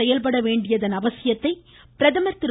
செயல்பட வேண்டியதன் அவசியத்தை பிரதமர் திரு